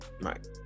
right